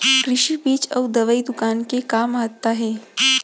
कृषि बीज अउ दवई दुकान के का महत्ता हे?